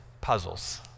puzzles